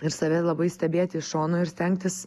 ir save labai stebėti iš šono ir stengtis